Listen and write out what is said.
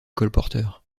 colporteur